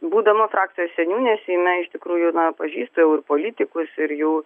būdama frakcijos seniūnė seime iš tikrųjų na pažįstu jau ir politikus ir jų